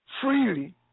Freely